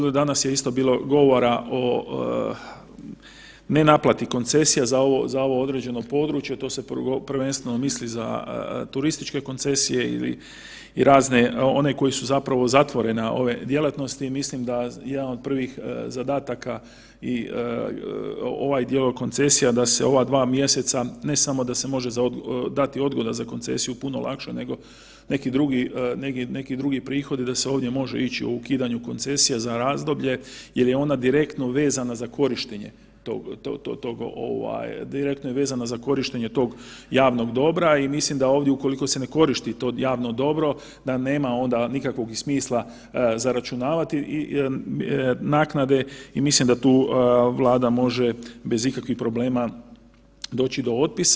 Ovdje danas je isto bilo govora o nenaplati koncesija za ovo određene područje, to se prvenstveno misli za turističke koncesije ili razne, one koje su zapravo zatvorene ove djelatnosti, mislim da jedan od prvih zadataka i ovaj dio koncesija, da se ova 2 mjeseca, ne samo da se može dati odgoda za koncesiju puno lakše nego neki drugi prihod, da se ovdje može ići u ukidanje koncesije za razdoblje jer je ona direktno vezana za korištenje tog, direktno je vezana za korištenje tog javnog dobra i mislim da ovdje, ukoliko se ne koristi to javno dobro, da nema onda nikakvog ni smisla zaračunavati i naknade i mislim da tu Vlada može, bez ikakvih problema doći do otpisa.